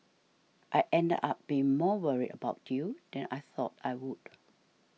I ended up being more worried about you than I thought I would